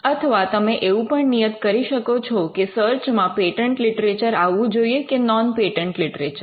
અથવા તમે એવું પણ નિયત કરી શકો છો કે સર્ચ માં પેટન્ટ લિટરેચર આવવું જોઈએ કે નૉન પેટન્ટ લિટરેચર